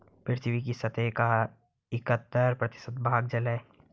पृथ्वी की सतह का इकहत्तर प्रतिशत भाग जल है